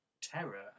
terror